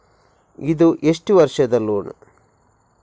ಇದು ಎಷ್ಟು ವರ್ಷದ ಲೋನ್?